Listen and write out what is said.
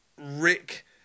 Rick